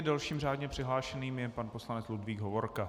Dalším řádně přihlášeným je pan poslanec Ludvík Hovorka.